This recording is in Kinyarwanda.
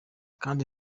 kandi